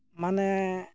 ᱢᱟᱱᱮ